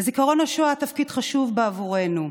לזיכרון השואה תפקיד חשוב בעבורנו,